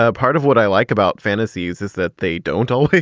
ah part of what i like about fantasies is that they don't all.